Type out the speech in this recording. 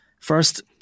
First